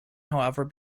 however